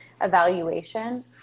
evaluation